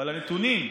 אבל הנתונים,